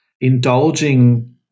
Indulging